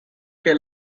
que